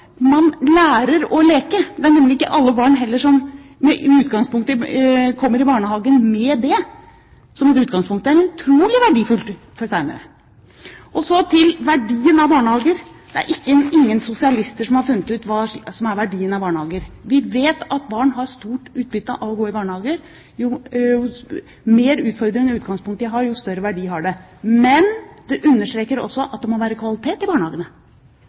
man lærer å leke. Det er nemlig heller ikke alle barn som kommer i barnehagen med det som et utgangspunkt. Det er utrolig verdifullt for senere. Så til verdien av barnehager. Det er ingen sosialister som har funnet ut hva som er verdien av barnehager. Vi vet at barn har stort utbytte av å gå i barnehager. Jo mer utfordrende utgangspunkt de har, jo større verdi har det. Men det understreker også at det må være kvalitet i barnehagene.